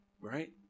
Right